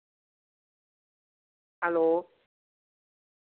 hello